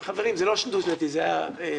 חברים, זה לא דו-שנתי, זה היה חד-שנתי.